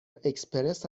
اکسپرس